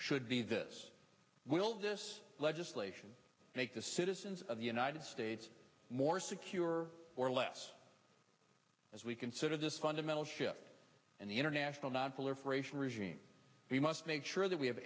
should be this will this legislation make the citizens of the united states more secure or less as we consider this fundamental shift in the international nonproliferation regime we must make sure that we have